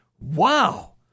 Wow